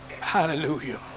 Hallelujah